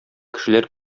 кешеләр